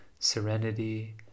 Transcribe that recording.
serenity